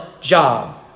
job